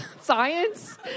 Science